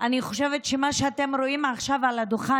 אני חושבת שמה שאתם רואים עכשיו על הדוכן